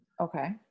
Okay